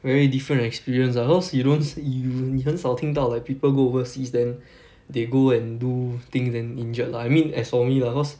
very different experience ah cause you don't s~ you 你很少听到 like people go overseas then they go and do things then injured lah I mean as for me ah cause